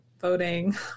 voting